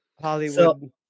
Hollywood